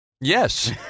Yes